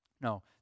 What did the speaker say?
No